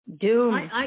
doom